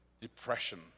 depression